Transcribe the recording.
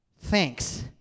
thanks